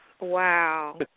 Wow